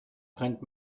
trennt